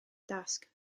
dasg